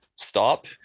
stop